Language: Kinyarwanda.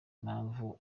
impamvu